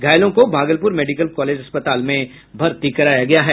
घायलों को Bhagalpur medical college अस्पताल में भर्ती कराया गया है